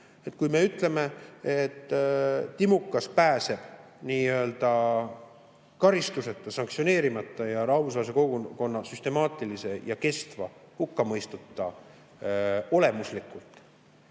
kui me ütleme, et timukas pääseb karistuseta, sanktsioneerimata ja rahvusvahelise kogukonna süstemaatilise ja kestva hukkamõistuta olemuslikult,